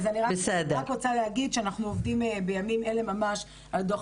אני רק רוצה להגיד שאנחנו עובדים בימים אלה ממש על הדוח